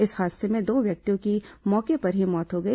इस हादसे में दो व्यक्तियों की मौके पर ही मौत हो गई